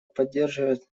поддерживает